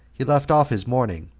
he left off his mourning,